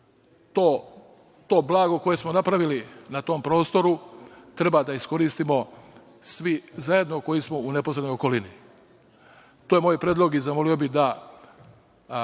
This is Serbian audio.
to blago koje smo napravili na tom prostoru, treba da iskoristimo svi zajedno koji smo u neposrednoj okolini. To je moj predlog i zamolio bih da